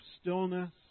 stillness